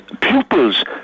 pupils